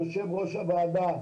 יושב ראש הוועדה,